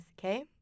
Okay